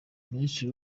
minisitiri